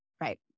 Right